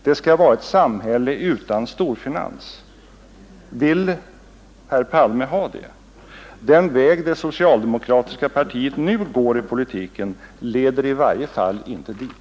Det skall vara ett samhälle utan storfinans. Vill herr Palme ha det? Den väg det socialdemokratiska partiet nu går i politiken leder i varje fall inte dit.